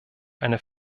eine